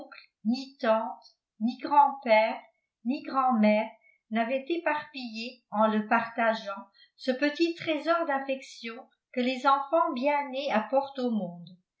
tantes ni grands-pères ni grand-mères n'avaient éparpillé en le partageant ce petit trésor d'affection que les enfants bien nés apportent au monde